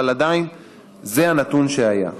אבל עדיין זה הנתון שהיה.